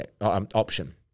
option